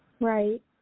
Right